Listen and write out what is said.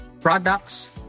products